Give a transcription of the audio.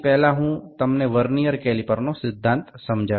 সুতরাং আমি প্রথমে ভার্নিয়ার ক্যালিপার এর নীতিটি ব্যাখ্যা করব